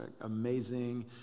amazing